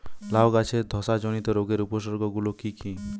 লাউ গাছের ধসা জনিত রোগের উপসর্গ গুলো কি কি?